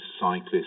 cyclists